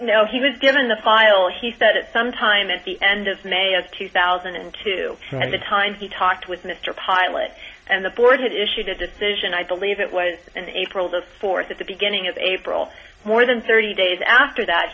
no he was given the file he said it sometime at the end of may of two thousand and two at the time he talked with mr pilot and the board had issued a decision i believe it was in april the fourth at the beginning of april more than thirty days after that